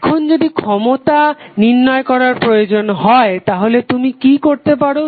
এখন যদি ক্ষমতা নির্ণয় করার প্রয়োজন হয় তাহলে তুমি কি করতে পারো